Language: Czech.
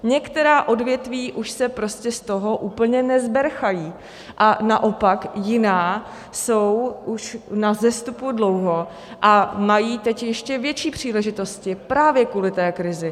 Některá odvětví už se prostě z toho úplně nezberchají a naopak, jiná jsou už na vzestupu dlouho a mají teď ještě větší příležitosti, právě kvůli krizi.